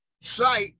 sight